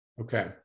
okay